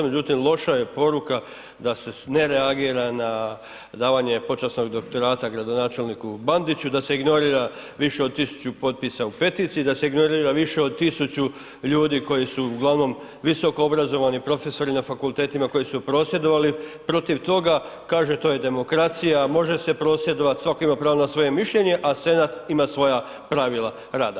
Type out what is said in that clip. Međutim, loša je poruka da se ne reagira na davanje počasnog doktorata gradonačelniku Bandiću, da se ignorira više od 1000 potpisa u peticiji, da se ignorira više od 1000 ljudi koji su uglavnom visokoobrazovani, profesori na fakultetima, koji su prosvjedovali protiv toga, kaže to je demokracija, može se prosvjedovat, svatko ima pravo na svoje mišljenje, a Senat ima svoja pravila rada.